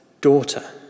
daughter